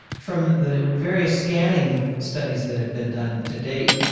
from the various scanning studies that have been done to date,